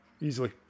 easily